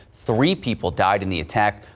three people died in the attack.